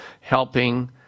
helping